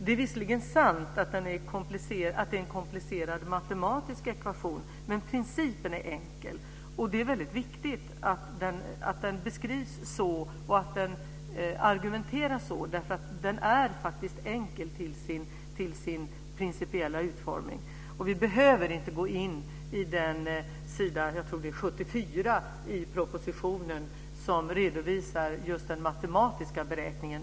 Det är visserligen sant att det är en komplicerad matematisk ekvation. Men principen är enkel. Det är viktigt att den beskrivs så och att det argumenteras så. Den är faktiskt enkel till sin principiella utformning. Vi behöver inte gå in på den sida - jag tror att det är s. 74 i propositionen - som redovisar den matematiska beräkningen.